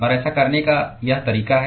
और ऐसा करने का यह तरीका है